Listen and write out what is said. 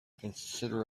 consider